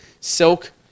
Silk